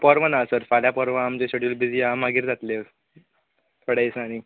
परवा ना सर फाल्यां परवा आमचें शेडूल बीजी आहा मागीर जातले थोड्या दिसांनी